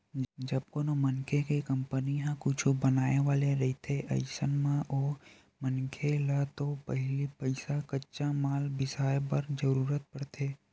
जब कोनो मनखे के कंपनी ह कुछु बनाय वाले रहिथे अइसन म ओ मनखे ल तो पहिली पइसा कच्चा माल बिसाय बर जरुरत पड़थे